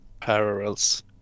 Parallels